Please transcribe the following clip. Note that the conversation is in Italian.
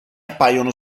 appaiono